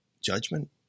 judgment